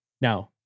Now